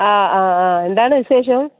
ആ ആ ആ എന്താണു വിശേഷം